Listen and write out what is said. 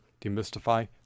demystify